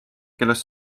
kellest